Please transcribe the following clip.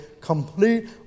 complete